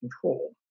control